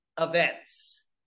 events